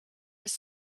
with